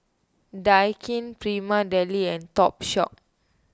Daikin Prima Deli and Topshop